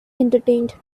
entertained